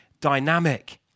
dynamic